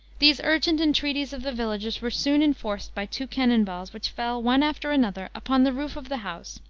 these urgent entreaties of the villagers were soon enforced by two cannon-balls, which fell, one after another, upon the roof of the house,